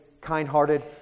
kind-hearted